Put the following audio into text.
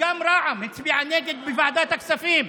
ואתם התנגדתם.